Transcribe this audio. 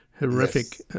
horrific